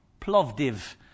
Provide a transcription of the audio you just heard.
Plovdiv